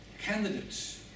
candidates